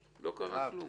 לא קרה כלום.